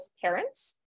parents